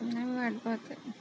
नाही मी वाट पाहते